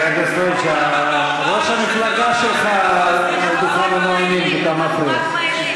ראש המפלגה שלך על דוכן הנואמים, ואתה מפריע.